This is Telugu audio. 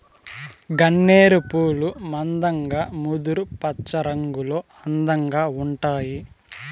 గన్నేరు పూలు మందంగా ముదురు పచ్చరంగులో అందంగా ఉంటాయి